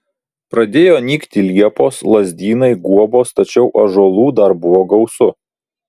pradėjo nykti liepos lazdynai guobos tačiau ąžuolų dar buvo gausu